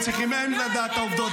הם צריכים לדעת את העובדות.